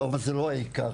אבל זה לא העיקר.